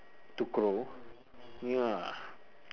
to grow ya